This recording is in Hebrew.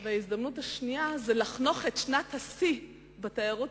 וההזדמנות השנייה היא לחנוך את שנת השיא בתיירות